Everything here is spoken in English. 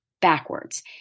backwards